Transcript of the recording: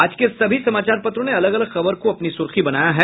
आज के सभी समाचार पत्रों ने अलग अलग खबर को अपनी सुर्खी बनाया है